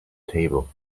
table